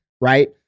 right